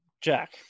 Jack